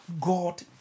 God